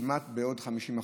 כמעט ב-50%: